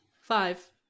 Five